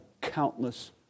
countless